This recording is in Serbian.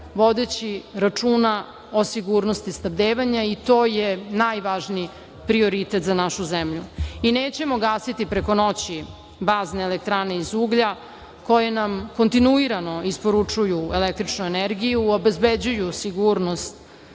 vodeći računa o sigurnosti snabdevanja i to je najvažniji prioritet za našu zemlju. Nećemo gasiti preko noći bazne elektrane iz uglja, koje nam kontinuirano isporučuju električnu energiju, obezbeđuju sigurnost